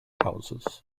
houses